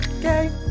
gay